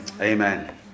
Amen